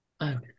Okay